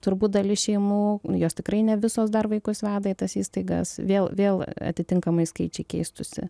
turbūt dalis šeimų jos tikrai ne visos dar vaikus veda į tas įstaigas vėl vėl atitinkamai skaičiai keistųsi